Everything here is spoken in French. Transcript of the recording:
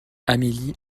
amélie